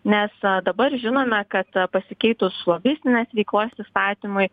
nes dabar žinome kad pasikeitus lobistinės veiklos įstatymui